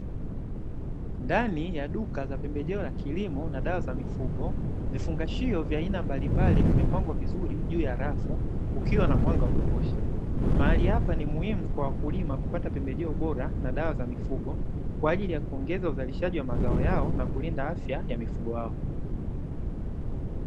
Ndani ya duka za pembejeo za kilimo na dawa za mifugo, vifungashio vya aina mbalimbali vimepangwa vizuri juu ya rafu kukiwa na mwanga wa kutosha, mahali hapa ni muhimu kwa wakulima kupata pembejeo bora na dawa za mifugo kwajili ya kuongeza uzalishaji wa mazao yao na kulinda afya ya mifugo wao.